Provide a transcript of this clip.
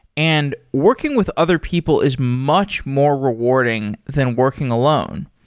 and working with other people is much more rewarding than working alone.